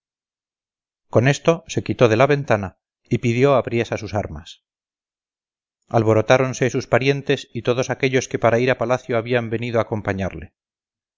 con esto se quitó de la ventana y pidió apriesa sus armas alborotáronse sus parientes y todos aquellos que para ir a palacio habían venido a acompañarle